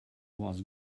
was